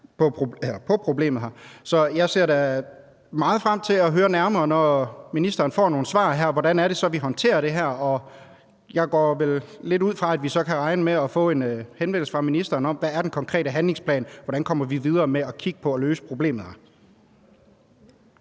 Så jeg ser da meget frem til at høre nærmere fra ministeren, i forhold til ministerens svar her, om, hvordan vi så håndterer det. Og jeg går lidt ud fra, at vi så kan regne med at få en henvendelse fra ministeren om, hvad den konkrete handlingsplan er, og hvordan vi kommer videre med at kigge på at løse problemerne.